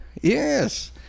yes